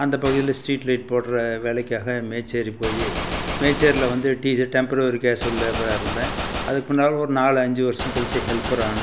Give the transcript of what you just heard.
அங்கே பகுதியில street light போடுற வேலைக்காக மேச்சேரி போய் மேச்சேரியில வந்து டிஜெ டெம்ரவரி கேஸ்வல் லேபராக இருந்தேன் அதுக்கு பின்னால் ஒரு நாலு அஞ்சு வருஷம் கழிச்சி ஹெல்பர் ஆகினேன்